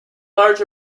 large